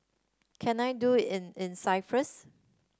can I do in in